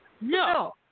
No